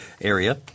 area